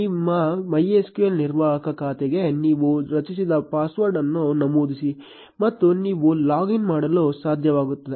ನಿಮ್ಮ MySQL ನಿರ್ವಾಹಕ ಖಾತೆಗಾಗಿ ನೀವು ರಚಿಸಿದ ಪಾಸ್ವರ್ಡ್ ಅನ್ನು ನಮೂದಿಸಿ ಮತ್ತು ನೀವು ಲಾಗಿನ್ ಮಾಡಲು ಸಾಧ್ಯವಾಗುತ್ತದೆ